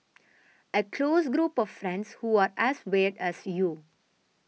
a close group of friends who are as weird as you